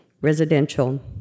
residential